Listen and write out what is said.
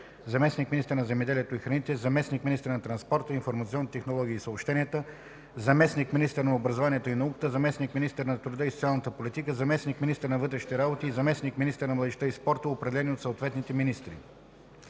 заместник-министър на земеделието и храните, заместник-министър на транспорта, информационните технологии и съобщенията, заместник-министър на образованието и науката, заместник-министър на труда и социалната политика, заместник-министър на вътрешните работи и заместник-министър на младежта и спорта, определени от съответните министри;”.